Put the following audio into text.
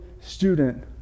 student